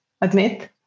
admit